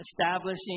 establishing